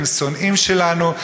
הם שונאים שלנו,